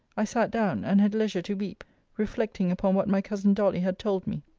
i sat down, and had leisure to weep reflecting upon what my cousin dolly had told me.